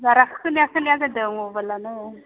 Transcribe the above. बारा खोनाया खोनाया जादों मबाइलानो